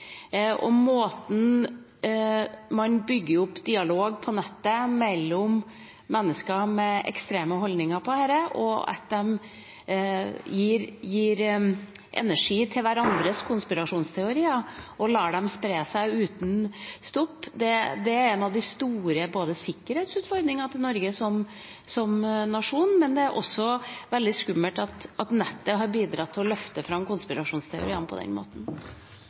bygger. Måten man bygger opp dialog på nettet på mellom mennesker med ekstreme holdninger til dette, og at de gir energi til hverandres konspirasjonsteorier og lar dem spre seg uten stopp, er en av de store sikkerhetsutfordringene for Norge som nasjon. Det er også veldig skummelt at nettet har bidratt til å løfte fram konspirasjonsteorier på denne måten.